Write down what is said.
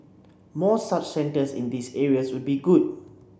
more such centres in these areas would be good